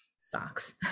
socks